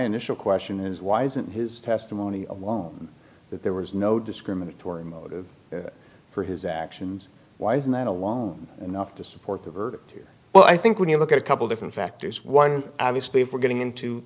initial question is why isn't his testimony of known that there was no discriminatory motive for his actions why isn't that a long enough to support the verdict here well i think when you look at a couple different factors one obviously if we're getting into